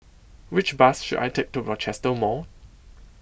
Which Bus should I Take to Rochester Mall